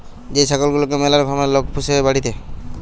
যে ছাগল গুলাকে ম্যালা কারণে লোক পুষে বাড়িতে